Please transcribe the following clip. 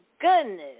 goodness